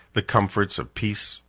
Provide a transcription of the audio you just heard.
the comforts of peace,